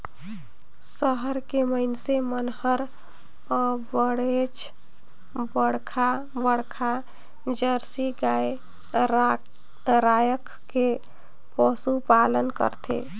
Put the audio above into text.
सहर के मइनसे मन हर अबड़ेच बड़खा बड़खा जरसी गाय रायख के पसुपालन करथे